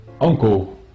uncle